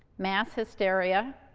mass hysteria